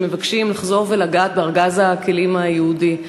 שמבקשים לחזור ולגעת בארגז הכלים היהודי,